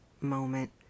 moment